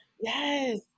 Yes